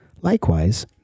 Likewise